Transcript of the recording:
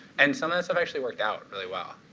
and some of that stuff actually worked out really well.